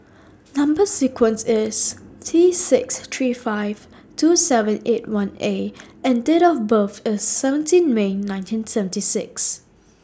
Number sequence IS T six three five two seven eight one A and Date of birth IS seventeen May nineteen seventy six